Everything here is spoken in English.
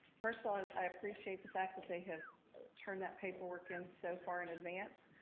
first of all i appreciate the fact that they have turned that paperwork in so far in advance.